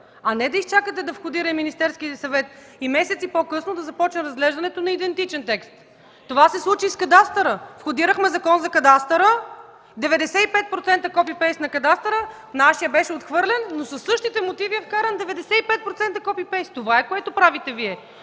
а не да изчаквате да внесе и Министерският съвет, и месеци по-късно да започне разглеждането на идентичен текст! Това се случи и с кадастъра! Входирахме Законопроект за кадастъра – 95% copy-paste на кадастъра! Нашият беше отхвърлен, но със същите мотиви е вкаран – 95% copy-paste! Това е, което правите Вие.